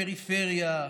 פריפריה: